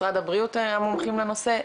משרד הבריאות מומחים לנושא,